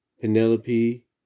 Penelope